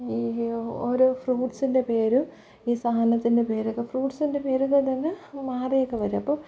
ഈ ഓ ഓരോ ഫ്രൂട്ട്സിൻ്റെ പേരും ഈ സാധനത്തിൻ്റെ പേരൊക്കെ ഫ്രൂട്ട്സിൻ്റെ പേരൊക്കെ തന്നെ മാറി ഒക്കെ വരും അപ്പോൾ